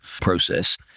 process